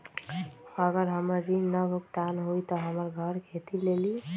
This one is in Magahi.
अगर हमर ऋण न भुगतान हुई त हमर घर खेती लेली?